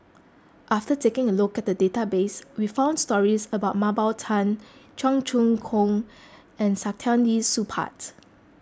after taking a look at the database we found stories about Mah Bow Tan Cheong Choong Kong and Saktiandi Supaat